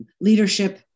leadership